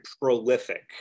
prolific